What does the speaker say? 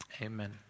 Amen